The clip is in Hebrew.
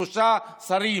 לשלושה שרים,